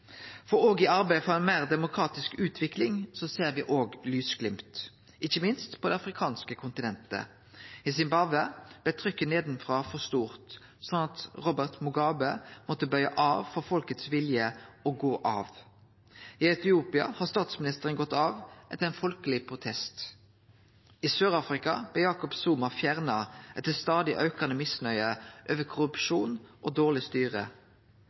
handel. Òg i arbeidet for ei meir demokratisk utvikling ser me lysglimt, ikkje minst på det afrikanske kontinentet. I Zimbabwe blei trykket nedanfrå for stort, slik at Robert Mugabe måtte bøye av for folkets vilje og gå av. I Etiopia har statsministeren gått av etter ein folkeleg protest. I Sør-Afrika blei Jacob Zuma fjerna etter stadig aukande misnøye med korrupsjon og eit dårleg styre.